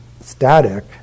static